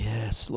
Yes